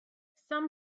some